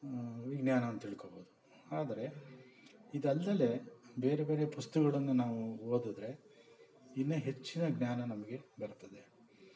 ವಿಜ್ಞಾನಾನ ತಿಳ್ಕೋಬೋದು ಆದರೆ ಇದಲ್ದಲೆ ಬೇರೆ ಬೇರೆ ಪುಸ್ತಕಗಳನ್ನ ನಾವು ಓದಿದ್ರೆ ಇನ್ನು ಹೆಚ್ಚಿನ ಜ್ಞಾನ ನಮಗೆ ಬರ್ತದೆ